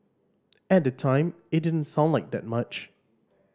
at the time it didn't sound like that much